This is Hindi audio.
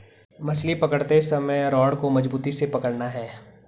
मछली पकड़ते समय रॉड को मजबूती से पकड़ना है